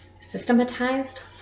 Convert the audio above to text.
systematized